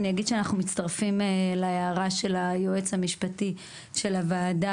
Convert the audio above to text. אני אגיד שאנחנו מצטרפים להערה של היועץ המשפטי של הוועדה,